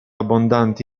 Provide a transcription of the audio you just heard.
abbondanti